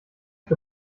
für